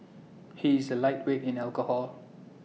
he is A lightweight in alcohol